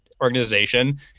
organization